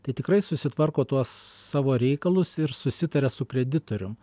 tai tikrai susitvarko tuos savo reikalus ir susitaria su kreditorium